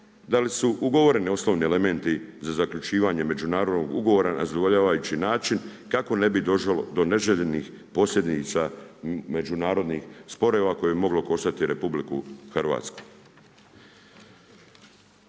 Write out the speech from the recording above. da li su ugovoreni osnovni elementi za zaključivanje međunarodnog ugovora na zadovoljavajući način kako ne bi došlo do neželjenih posljedica međunarodnih sporova koje bi moglo koštati RH. MOST će kroz